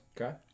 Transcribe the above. Okay